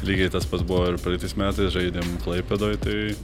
lygiai tas pats buvo ir praeitais metais žaidėm klaipėdoj tai